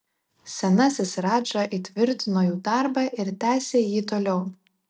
senasis radža įtvirtino jų darbą ir tęsė jį toliau